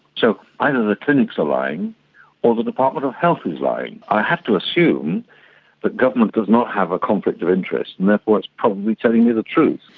so either the clinics are lying or the department of health is lying. i have to assume that government does not have a conflict of interest, and therefore it's probably telling me the truth.